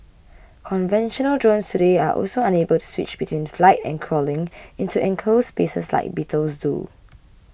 conventional drones today are also unable to switch between flight and crawling into enclosed spaces like beetles do